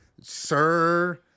Sir